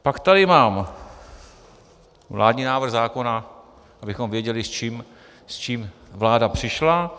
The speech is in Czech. Pak tady mám vládní návrh zákona, abychom věděli, s čím vláda přišla.